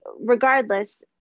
regardless